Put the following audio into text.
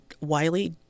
Wiley